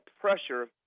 pressure